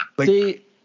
See –